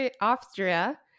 Austria